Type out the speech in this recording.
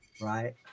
Right